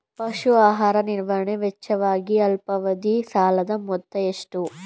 ಪಶು ಆಹಾರ ನಿರ್ವಹಣೆ ವೆಚ್ಚಕ್ಕಾಗಿ ಅಲ್ಪಾವಧಿ ಸಾಲದ ಮೊತ್ತ ಎಷ್ಟು?